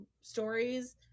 stories